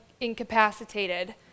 incapacitated